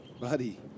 Buddy